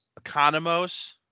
Economos